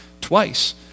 twice